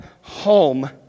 home